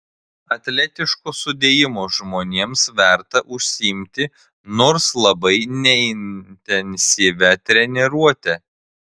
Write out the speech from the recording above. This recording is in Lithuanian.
atletiško sudėjimo žmonėms verta užsiimti nors labai neintensyvia treniruote